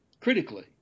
critically